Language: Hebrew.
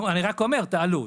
אני רק אומר את העלות.